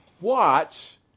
watch